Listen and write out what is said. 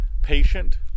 patient